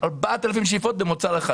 4,000 שאיפות במוצר אחד.